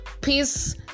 peace